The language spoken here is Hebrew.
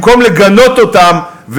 במקום לגנות אותם,